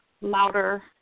louder